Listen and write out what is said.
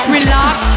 Relax